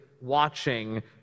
watching